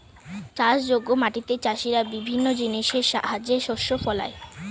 চাষযোগ্য মাটিতে চাষীরা বিভিন্ন জিনিসের সাহায্যে শস্য ফলায়